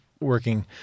working